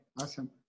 awesome